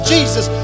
Jesus